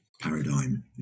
paradigm